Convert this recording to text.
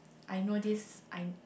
I know this I